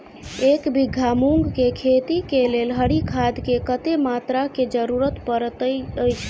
एक बीघा मूंग केँ खेती केँ लेल हरी खाद केँ कत्ते मात्रा केँ जरूरत पड़तै अछि?